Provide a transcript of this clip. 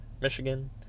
Michigan